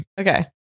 Okay